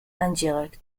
indirects